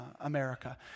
America